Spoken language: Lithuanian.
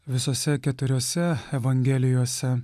visose keturiose evangelijose